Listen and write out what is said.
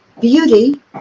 Beauty